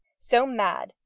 so mad,